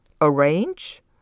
arrange